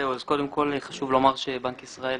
חשוב לומר שבנק ישראל